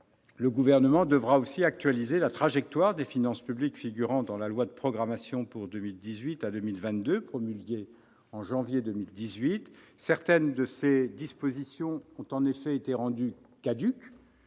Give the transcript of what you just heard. le Gouvernement devra aussi actualiser la trajectoire des finances publiques figurant dans la loi de programmation pour 2018 à 2022, promulguée en janvier 2018. Certaines de ses dispositions ont en effet été rendues caduques